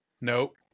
Nope